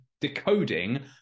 decoding